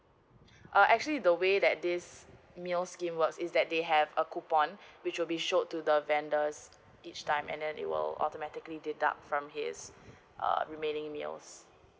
uh actually the way that this meal scheme works is that they have a coupon which will be showed to the vendors each time and then it will automatically deduct from he uh remaining meals